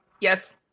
yes